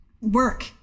work